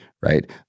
right